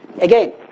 again